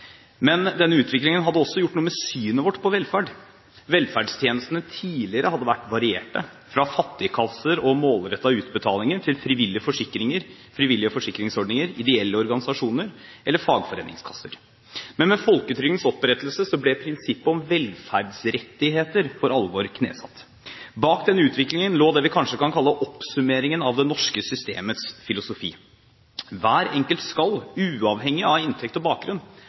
Men denne utviklingen hadde også gjort noe med synet vårt på velferd. Velferdstjenestene hadde tidligere vært varierte, fra fattigkasser og målrettede utbetalinger, til frivillige forsikringsordninger, ideelle organisasjoner eller fagforeningskasser. Men med folketrygdens opprettelse ble prinsippet om velferdsrettigheter for alvor knesatt. Bak denne utviklingen lå det vi kanskje kan kalle oppsummeringen av det norske systemets filosofi: Hver enkelt skal, uavhengig av inntekt og bakgrunn,